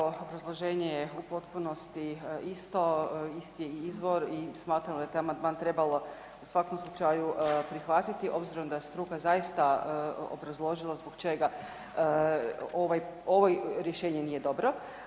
obrazloženje je u potpunosti isto, isti je izvor i smatramo da je taj amandman trebalo u svakom slučaju prihvatiti obzirom da je struka zaista obrazložila zbog čega ovaj, ovoj rješenje nije dobro.